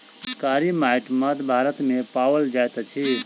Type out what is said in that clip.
कारी माइट मध्य भारत मे पाओल जाइत अछि